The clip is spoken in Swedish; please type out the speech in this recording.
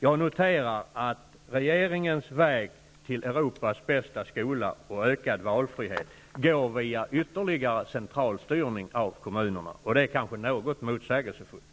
Jag noterar att regeringens väg till Europas bästa skola och ökad valfrihet går via ytterligare centralstyrning av kommunerna, och det är kanske något motsägelsefullt.